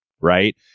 right